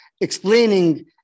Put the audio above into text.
explaining